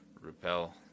repel